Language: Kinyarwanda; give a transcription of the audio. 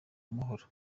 amahoro